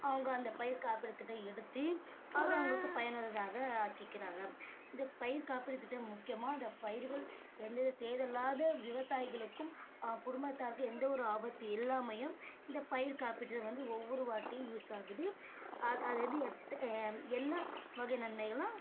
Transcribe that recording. அவங்க அந்த பயிர் காப்பீடு திட்டம் எடுத்து அது அவங்களுக்கு பயனுள்ளதாக ஆக்கிக்குறாங்க இந்த பயிர்காப்பீடு திட்டம் முக்கியமாக இந்த பயிர்கள் எந்த வித சேதம் இல்லாத விவசாயிகளுக்கும் குடும்பத்தாருக்கு எந்த ஒரு ஆபத்து இல்லாமையும் இந்த பயிர்காப்பீட்டு ஒவ்வொரு வாட்டியும் யூஸ் ஆகுது அது அதது எத்த என்னா வகை நன்மைகள்ன்னா